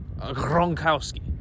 Gronkowski